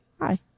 Hi